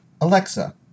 Alexa